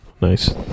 Nice